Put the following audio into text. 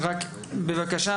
בבקשה,